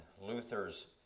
Luther's